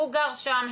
הוא גר שם,